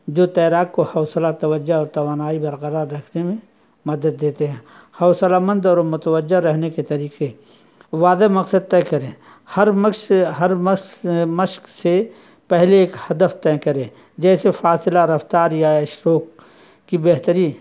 جو تیراک کو حوصلہ توجہ اور توانائی برقرار رکھنے میں مدد دیتے ہیں حوصلہ مند اور متوجہ رہنے کے طریقے وعدہ مقصد طے کریں ہر مقص ہر مقص مشق سے پہلے ایک ہدف طے کریں جیسے فاصلہ رفتار یا اشلوک کی بہتری